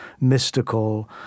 mystical